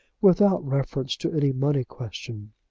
without reference to any money question.